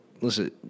listen